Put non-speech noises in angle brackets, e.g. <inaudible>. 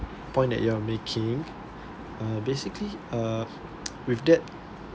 point that you are making uh basically uh <noise> with that